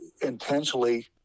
intentionally